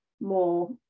more